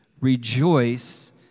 rejoice